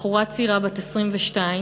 בחורה צעירה בת 22,